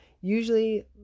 Usually